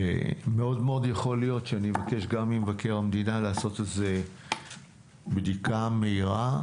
מאוד יכול להיות שאני אבקש גם ממבקר המדינה לעשות איזו בדיקה מהירה,